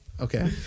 Okay